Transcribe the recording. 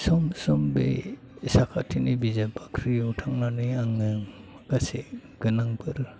सम सम बे साखाथिनि बिजाब बाख्रियाव थांनानै आङो गासै गोनांफोर